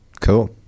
Cool